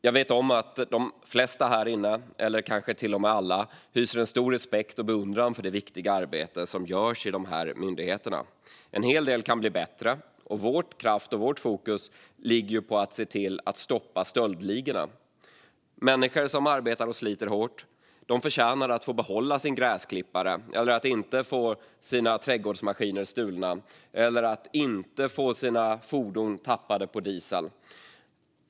Jag vet att de flesta här inne - eller kanske till och med alla - hyser stor respekt och beundran för det viktiga arbete som görs i de här myndigheterna. En hel del kan bli bättre. Vår kraft och vårt fokus ligger på att se till att stoppa stöldligorna. Människor som arbetar och sliter hårt förtjänar att få behålla sin gräsklippare, att inte få sina trädgårdsmaskiner stulna och att inte få sina fordon tappade på diesel.